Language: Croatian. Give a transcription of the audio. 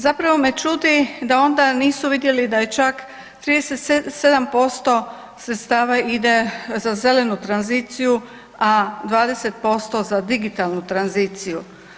Zapravo me čudi da onda nisu vidjeli da je čak 37% sredstava ide za zelenu tranziciju, a 20% za digitalnu tranziciju.